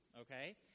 okay